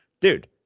dude